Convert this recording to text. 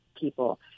people